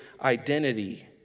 identity